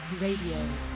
Radio